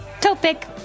Topic